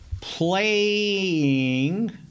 playing